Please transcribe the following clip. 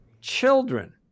children